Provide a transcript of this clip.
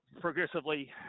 progressively